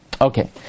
Okay